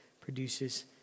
produces